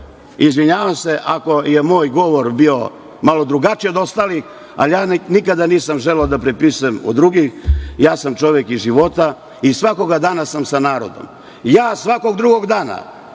Korona. Izvinjavam se, ako je moj govor bio malo drugačiji od ostalih, ali ja nikada nisam želeo da prepisujem od drugih, ja sam čovek iz života i svakoga dana sam sa narodom. Ja svakog drugog dana